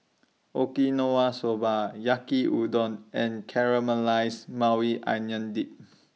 Okinawa Soba Yaki Udon and Caramelized Maui Onion Dip